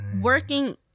working